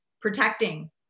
protecting